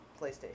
PlayStation